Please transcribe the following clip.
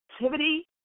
activity